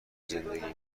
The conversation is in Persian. زندگیم